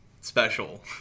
special